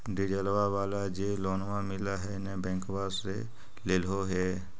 डिजलवा वाला जे लोनवा मिल है नै बैंकवा से लेलहो हे?